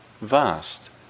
vast